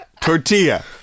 Tortilla